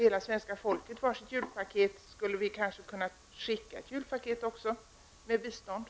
Hela svenska folket får nu gratis julpaket -- skulle vi inte då kanske också kunna skicka ett julpaket med bistånd?